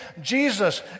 Jesus